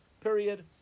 period